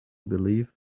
believe